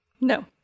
No